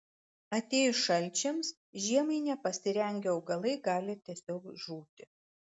atėjus šalčiams žiemai nepasirengę augalai gali tiesiog žūti